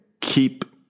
keep